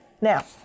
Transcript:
now